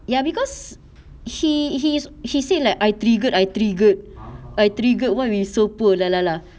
ya because he he's he said like I triggered I triggered I triggered why are we so poor blah blah blah